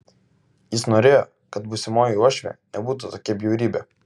jis norėjo kad būsimoji uošvė nebūtų tokia bjaurybė